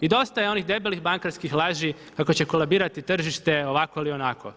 I dosta je onih debelih bankarskih laži kako će kolabirati tržište ovako ili onako.